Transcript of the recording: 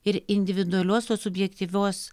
ir individualios tos subjektyvios